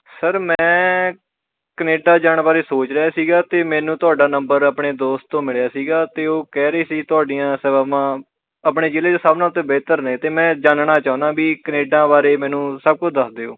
sir ਮੈਂ Canada ਜਾਣ ਬਾਰੇ ਸੋਚ ਰਿਹਾ ਸੀ ਅਤੇ ਮੈਨੂੰ ਤੁਹਾਡਾ ਨੰਬਰ ਆਪਣੇ ਦੋਸਤ ਤੋਂ ਮਿਲਿਆ ਸੀ ਅਤੇ ਉਹ ਕਹਿ ਰਹੇ ਸੀ ਤੁਹਾਡੀਆਂ ਸੇਵਾਵਾਂ ਆਪਣੇ ਜ਼ਿਲ੍ਹੇ 'ਚ ਸਭ ਨਾਲੋਂ 'ਤੇ ਬਿਹਤਰ ਨੇ ਅਤੇ ਮੈਂ ਜਾਣਨਾ ਚਾਹੁੰਦਾ ਵੀ ਕੇਨੈਡਾ ਬਾਰੇ ਮੈਨੂੰ ਸਭ ਕੁਝ ਦੱਸ ਦਿਓ